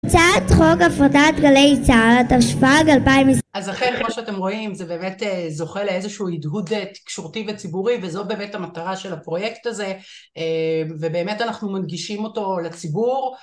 הצעת חוג הפרדת גלי צהל התשפג 2020. אז אכן כמו שאתם רואים זה באמת זוכה לאיזשהוא הידהוד תקשורתי וציבורי וזו באמת המטרה של הפרוייקט הזה ובאמת אנחנו מנגישים אותו לציבור